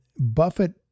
Buffett